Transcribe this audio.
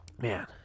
man